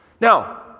Now